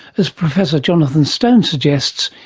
as professor jonathan stone suggests,